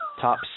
Top